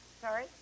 Sorry